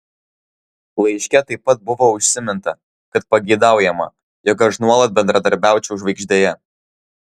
laiške taip pat buvo užsiminta kad pageidaujama jog aš nuolat bendradarbiaučiau žvaigždėje